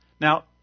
Now